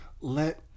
let